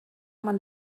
man